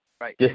Right